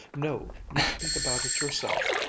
no, you speak about it yourself.